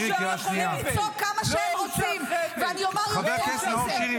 וכמה לא יצעקו מפה -- חבר הכנסת נאור שירי.